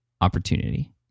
opportunity